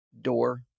door